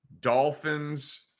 Dolphins